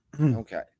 okay